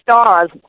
stars